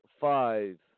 five